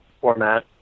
format